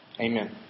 Amen